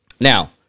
Now